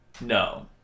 No